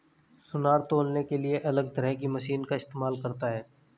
सुनार तौलने के लिए अलग तरह की मशीन का इस्तेमाल करता है